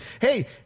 hey